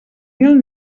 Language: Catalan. mil